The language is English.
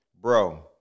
Bro